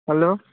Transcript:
hello